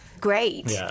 great